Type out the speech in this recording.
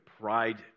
pride